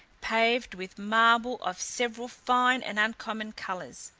paved with marble of several fine and uncommon colours.